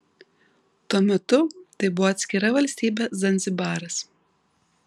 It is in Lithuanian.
tuo metu tai buvo atskira valstybė zanzibaras